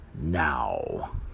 now